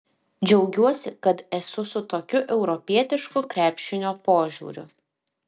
džiaugiuosi kad esu su tokiu europietišku krepšinio požiūriu